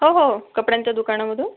हो हो कपड्यांच्या दुकानामधून